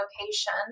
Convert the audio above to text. location